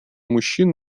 мужчин